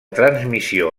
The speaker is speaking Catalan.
transmissió